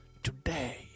today